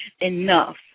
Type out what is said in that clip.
enough